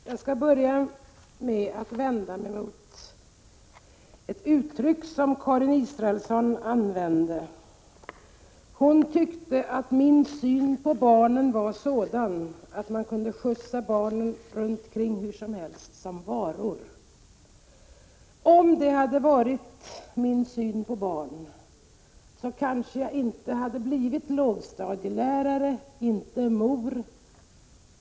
Herr talman! Jag skall börja med att vända mig mot ett uttryck som Karin Israelsson använde. Hon tyckte att min syn på barnen var att man kunde skjutsa runt barnen hur som helst, såsom varor. Om det hade varit min syn på barn kanske jag inte hade blivit lågstadielärare, inte mor.